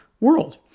world